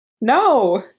No